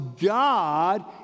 God